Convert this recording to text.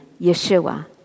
Yeshua